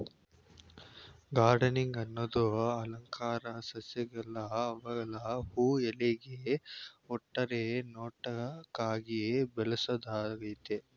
gardening ಅನ್ನದು ಅಲಂಕಾರಿಕ ಸಸ್ಯಗಳ್ನ ಅವ್ಗಳ ಹೂ ಎಲೆಗಳ ಒಟ್ಟಾರೆ ನೋಟಕ್ಕಾಗಿ ಬೆಳ್ಸೋದಾಗಯ್ತೆ